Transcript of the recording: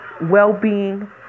Well-being